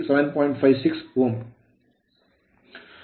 56 ಓ Ω